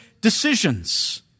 decisions